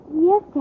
Yes